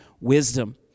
wisdom